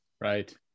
Right